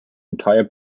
entire